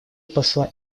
посла